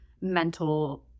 mental